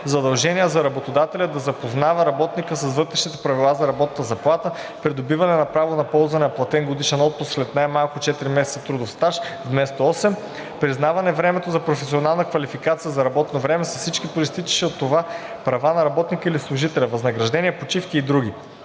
задължение за работодателя да запознава работника с вътрешните правила за работната заплата; придобиване право на ползване на платен годишен отпуск след най-малко 4 месеца трудов стаж вместо осем; признаване на времето за професионална квалификация за работно време с всички произтичащи от това права на работника или служителя – възнаграждение, почивки и други;